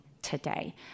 today